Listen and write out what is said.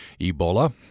Ebola